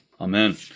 Amen